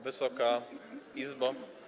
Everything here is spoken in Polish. Wysoka Izbo!